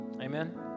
Amen